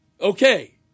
Okay